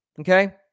Okay